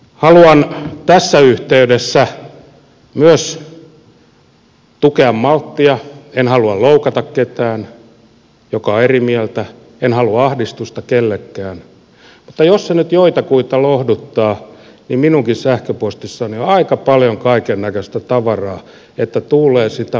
haluan tässä yhteydessä myös tukea malttia en halua loukata ketään joka on eri mieltä en halua ahdistusta kellekään mutta jos se nyt joitakuita lohduttaa niin minunkin sähköpostissani on aika paljon kaikennäköistä tavaraa niin että tuulee sitä molemmin puolin laitaa